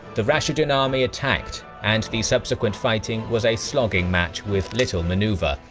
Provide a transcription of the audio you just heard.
the rashidun army attacked, and the subsequent fighting was a slogging match with little maneuver,